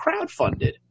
crowdfunded